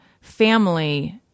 family